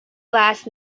class